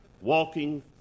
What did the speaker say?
walking